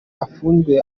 afunzwe